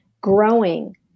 growing